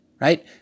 Right